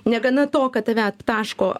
negana to kad tave aptaško